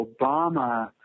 Obama